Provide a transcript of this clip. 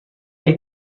hay